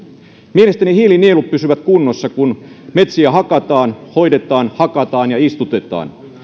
mielestäni hiilinielut pysyvät kunnossa kun metsiä hakataan hoidetaan hakataan ja istutetaan